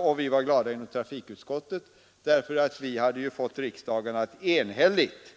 Och vi var glada inom trafikutskottet, för vi hade ju fått riksdagen att enhälligt